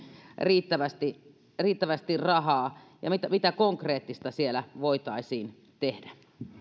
riittävästi riittävästi rahaa ja mitä mitä konkreettista siellä voitaisiin tehdä